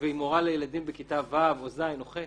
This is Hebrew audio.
והיא מורה לילדים בכיתה ו', ז' או ח'